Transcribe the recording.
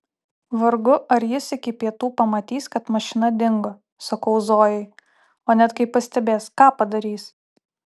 vargu ar jis iki pietų pamatys kad mašina dingo sakau zojai o net kai pastebės ką padarys